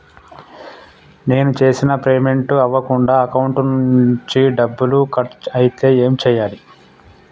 నేను చేసిన పేమెంట్ అవ్వకుండా అకౌంట్ నుంచి డబ్బులు కట్ అయితే ఏం చేయాలి?